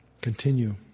continue